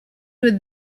with